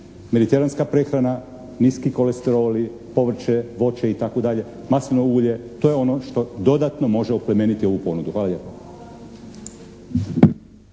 Mediteranska prehrana, niski kolesteroli, povrće, voće itd., maslinovo ulje to je ono što dodatno može oplemeniti ovu ponudu. Hvala